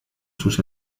sus